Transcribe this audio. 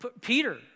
Peter